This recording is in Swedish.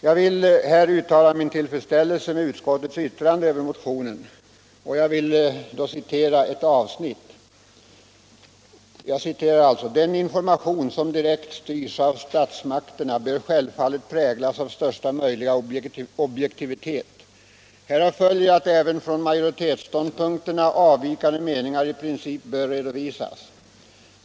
Jag vill uttala min tillfredsställelse med utskottets yttrande över motionen och citerar ett avsnitt: ”Den information som direkt styrs av statsmakterna bör självfallet präglas av största möjliga objektivitet. Härav följer att även från majoritetsståndpunkterna avvikande meningar i princip bör redovisas.